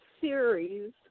series